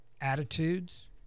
attitudes